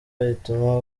ituma